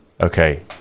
Okay